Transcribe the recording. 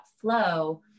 flow